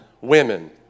women